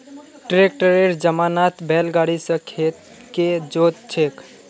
ट्रैक्टरेर जमानात बैल गाड़ी स खेत के जोत छेक